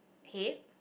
head